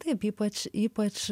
taip ypač ypač